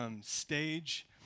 stage